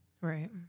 Right